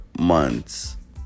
months